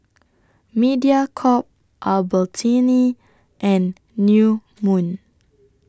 Mediacorp Albertini and New Moon